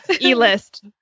E-list